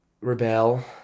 rebel